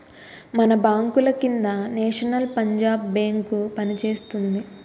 మన బాంకుల కింద నేషనల్ పంజాబ్ బేంకు పనిచేస్తోంది